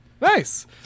Nice